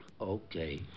okay